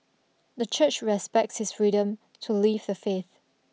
the church respects his freedom to leave the faith